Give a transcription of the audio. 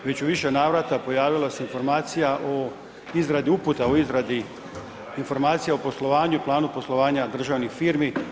Već u više navrata pojavila se informacija o izradi uputa o izradi informacija o poslovanju, planu poslovanja državnih firmi.